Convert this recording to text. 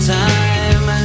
time